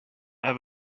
have